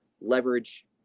leverage